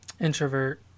introvert